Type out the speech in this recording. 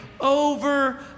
over